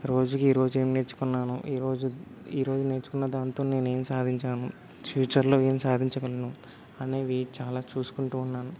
రోజుకి ఈ రోజ్ ఏం నేర్చుకున్నాను ఈ రోజు ఈ రోజు నేర్చుకున్న దాంతో నేనేం సాధించాను స్వ్యూచర్లో ఏం సాధించగలను అనేవి చాలా చూసుకుంటూ ఉన్నాను